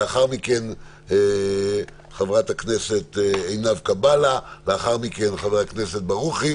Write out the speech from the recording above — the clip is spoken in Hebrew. לאחר מכן חברת הכנסת עינב קאבלה; לאחר מכן חבר הכנסת ברוכי,